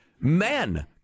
men